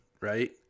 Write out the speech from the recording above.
right